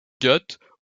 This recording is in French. ghâts